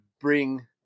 bring